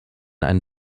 ein